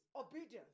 Obedience